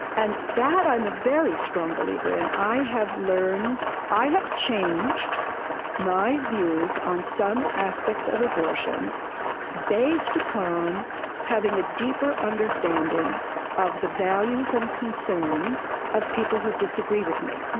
and that, i'm a very strong believer in i have learned i have changed my views on some aspects of abortion based upon having a deeper understanding of the values and concerns of people who disagree with me.